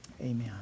Amen